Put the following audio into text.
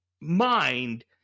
mind